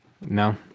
No